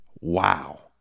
Wow